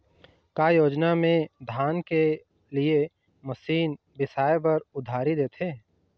का योजना मे धान के लिए मशीन बिसाए बर उधारी देथे?